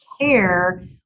care